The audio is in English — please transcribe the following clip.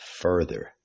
further